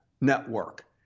network